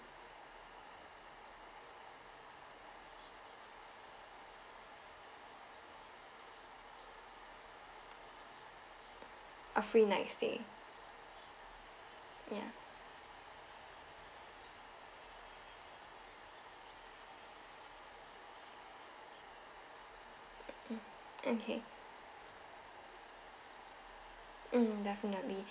a free night stay yeah uh okay mm definitely